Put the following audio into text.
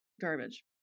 garbage